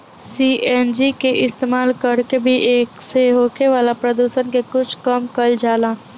CNG के इस्तमाल कर के भी एसे होखे वाला प्रदुषण के कुछ कम कईल जाला